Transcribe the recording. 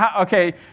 okay